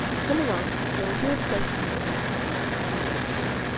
come along hold your plate near and let me give you some.